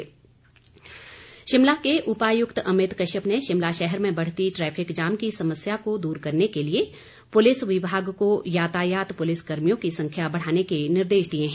traffic jam Shimla के उपायुक्त अमित कश्यप ने शिमला शहर में बढ़ती ट्रैफिक जाम की समस्या को दूर करने के लिए पुलिस विभाग को यातायात पुलिस कर्मियों की संख्या बढ़ाने के निर्देश दिए हैं